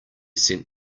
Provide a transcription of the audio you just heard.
sent